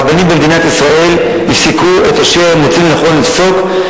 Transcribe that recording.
הרבנים במדינת ישראל יפסקו את אשר הם מוצאים לנכון לפסוק,